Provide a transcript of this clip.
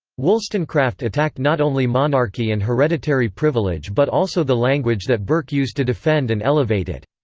wollstonecraft attacked not only monarchy and hereditary privilege but also the language that burke used to defend and elevate it.